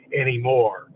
anymore